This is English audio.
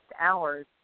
hours